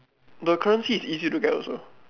the currency is easy to get also